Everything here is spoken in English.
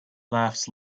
laughs